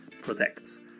protects